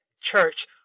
church